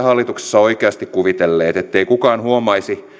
hallituksessa oikeasti kuvitelleet ettei kukaan huomaisi